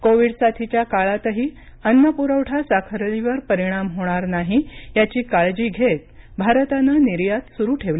Covid साथीच्या काळातही अन्न पुरवठा साखळीवर परिणाम होणार नाही याची काळजी घेत भारतानं निर्यात सुरू ठेवली होती